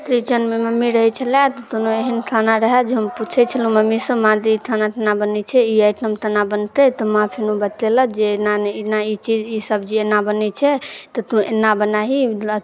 किचेनमे मम्मी रहै छलै तऽ कोनो एहन खाना रहए जे हम पूछै छलहुँ मम्मीसँ माँ गै ई खाना कोना बनै छै ई आइटम कोना बनतै तऽ माँ फेनो बतेलक जे एना नहि एना ई चीज ई सब्जी एना बनै छै तऽ तू एना बनाहि